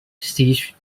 siege